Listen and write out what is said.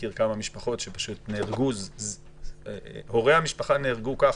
מכיר כמה משפחות שהורי המשפחה נהרגו כך.